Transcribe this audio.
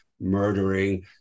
murdering